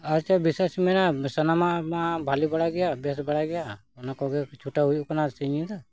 ᱟᱪᱪᱷᱟ ᱵᱤᱥᱥᱟᱹᱥ ᱢᱮᱱᱟᱜᱼᱟ ᱥᱟᱱᱟᱢ ᱢᱟ ᱵᱷᱟᱹᱞᱤ ᱵᱟᱲᱟᱭ ᱜᱮᱭᱟ ᱵᱮᱥ ᱵᱟᱲᱟᱭ ᱜᱮᱭᱟ ᱚᱱᱟ ᱠᱚᱜᱮ ᱪᱷᱩᱴᱟᱹᱣ ᱦᱩᱭᱩᱜ ᱠᱟᱱᱟ ᱥᱤᱧ ᱧᱤᱫᱟᱹ